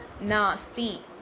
nasty